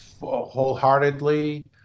wholeheartedly